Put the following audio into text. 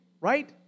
Right